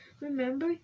remember